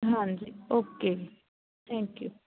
ਹਾਂਜੀ ਓਕੇ ਜੀ thank you